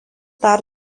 dar